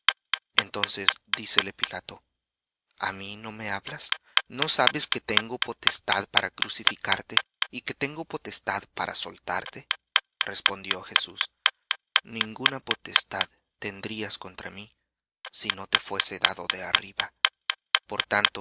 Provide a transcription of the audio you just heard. entonces dícele pilato a mí no me hablas no sabes que tengo potestad para crucificarte y que tengo potestad para soltarte respondió jesús ninguna potestad tendrías contra mí si no te fuese dado de arriba por tanto